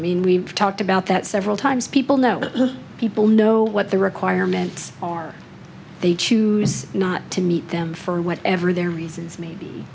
i mean we've talked about that several times people know people know what the requirements are they choose not to meet them for whatever their reasons may be